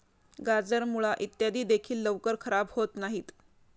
गाजर, मुळा इत्यादी देखील लवकर खराब होत नाहीत